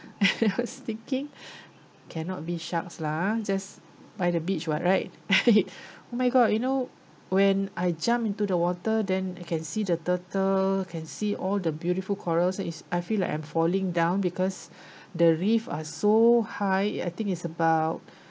I was thinking cannot be sharks lah just by the beach [what] right oh my god you know when I jump into the water then I can see the turtle can see all the beautiful corals it's I feel like I'm falling down because the reef are so high I think it's about